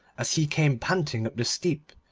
as he came panting up the steep,